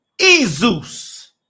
Jesus